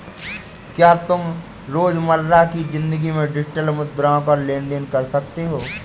क्या तुम रोजमर्रा की जिंदगी में डिजिटल मुद्राओं का लेन देन कर सकते हो?